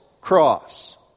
cross